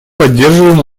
поддерживаем